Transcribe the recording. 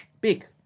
big